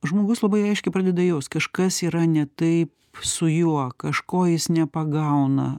žmogus labai aiškiai pradeda jaust kažkas yra ne taip su juo kažko jis nepagauna